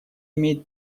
имеет